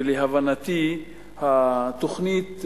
ולהבנתי, התוכנית,